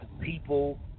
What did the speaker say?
people